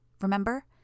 remember